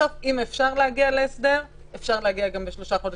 בסוף אם אפשר להגיע להסדר אפשר להגיע גם בשלושה חודשים.